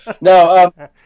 No